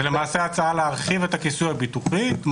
זה כיסוי ביטוחי.